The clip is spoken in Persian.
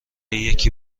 یکی